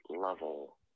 level